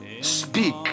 speak